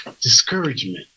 discouragement